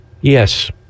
Yes